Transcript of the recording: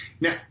Now